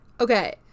Okay